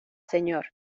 señor